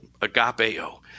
agapeo